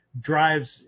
drives